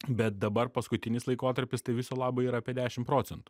bet dabar paskutinis laikotarpis tai viso labo yra apie dešim procentų